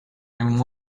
and